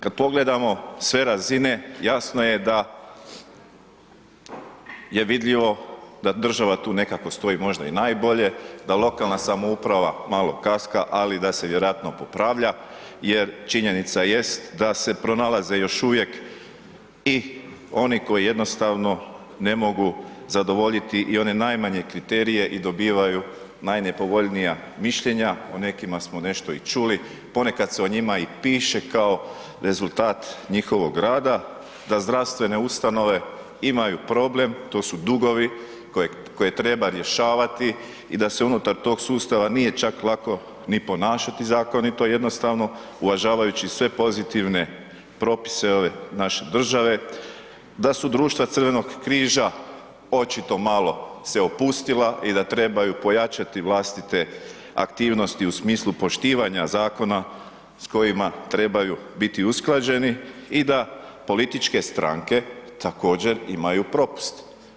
Kad pogledamo sve razine, jasno je da je vidljivo da država tu nekako stoji možda i najbolje, da lokalna samouprava malo kaska ali da se vjerojatno popravlja jer činjenica jest da se pronalaze još uvijek i oni koji jednostavno ne mogu zadovoljiti i one najmanje kriterije i dobivaju najnepovoljnija mišljenja, o nekima smo nešto i čuli, ponekad se o njima i piše kao rezultat njihovog rada, da zdravstvene ustanove imaju problem, to su dugovi koje treba rješavati da se unutar tog sustava nije čak lako i ponašati zakonito, jednostavno uvažavajući sve pozitivne propise ove naše države, da su društva Crvenog križa očito malo se opustila i da trebaju pojačati vlastite aktivnosti u smislu poštivanja zakona s kojima trebaju biti usklađeni i da političke stranke također imaju propust.